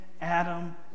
Adam